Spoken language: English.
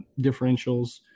differentials